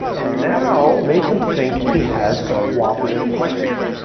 and now make him think he has a cooperative partner.